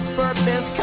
purpose